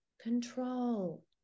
control